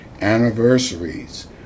anniversaries